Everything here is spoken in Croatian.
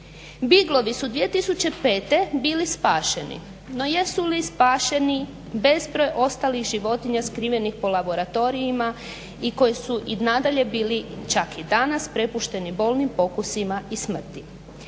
Biglovi su 2005. bili spašeni. No, jesu li spašeni bezbroj ostalih životinja skrivenih po laboratorijima i koji su i nadalje bili čak i danas prepušteni bolnim pokusima i smrti.